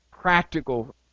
practical